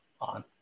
on